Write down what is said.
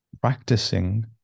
practicing